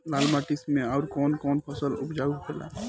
लाल माटी मे आउर कौन कौन फसल उपजाऊ होखे ला?